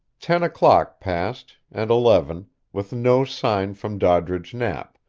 ten o'clock passed, and eleven, with no sign from doddridge knapp,